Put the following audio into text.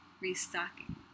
restocking